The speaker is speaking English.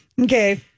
Okay